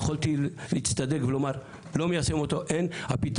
יכולתי להצטדק ולומר לא מיישם אותו הפתרון